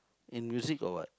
in music or what